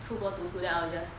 出国读书 then I will just